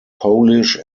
polish